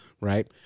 right